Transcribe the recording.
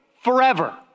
forever